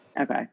Okay